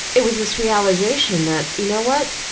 it was this realization that you know what,